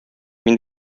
мин